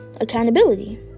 accountability